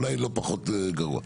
אולי לא פחות גרוע,